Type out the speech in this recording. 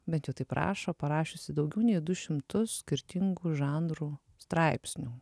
bent jau taip rašo parašiusi daugiau nei du šimtus skirtingų žanrų straipsnių